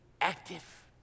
active